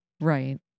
Right